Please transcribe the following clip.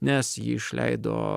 nes jį išleido